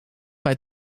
bij